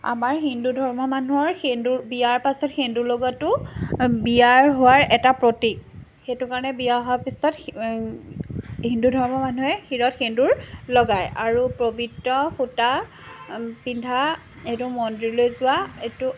আমাৰ হিন্দু ধৰ্ম মানুহৰ সেন্দুৰ বিয়াৰ পাছত সেন্দুৰ লগোৱাটো বিয়াৰ হোৱাৰ এটা প্ৰতিক সেইটো কাৰণে বিয়া হোৱাৰ পিছত হিন্দু ধৰ্মৰ মানুহে শীৰত সেন্দুৰ লগায় আৰু পৱিত্ৰ সূতা পিন্ধা এইটো মন্দিৰলৈ যোৱা এইটো